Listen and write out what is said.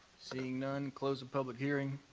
seeing none, close the public hearing.